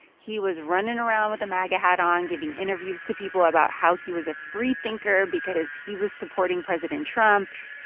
he was running around with a maga hat on, giving interviews to people about how he was a free thinker because he was supporting president trump.